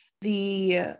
the-